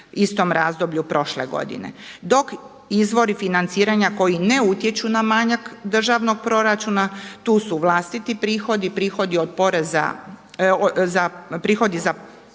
istom razdoblju prošle godine. Dok izvori financiranja koji ne utječu na manjak državnog proračuna tu su vlastiti prihodi, prihodi za posebne